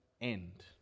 end